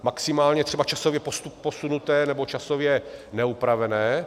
Maximálně třeba časově posunuté nebo časově neupravené.